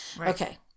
Okay